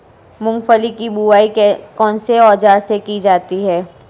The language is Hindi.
मूंगफली की बुआई कौनसे औज़ार से की जाती है?